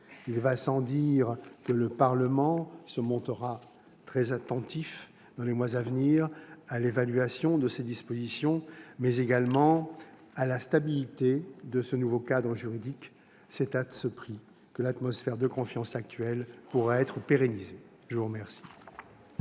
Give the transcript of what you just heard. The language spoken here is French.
Il va sans dire que le Parlement se montrera très attentif, dans les mois à venir, à l'évaluation de ces dispositions, mais également à la stabilité de ce nouveau cadre juridique : c'est à ce prix que l'atmosphère de confiance actuelle pourra être pérennisée. Nous passons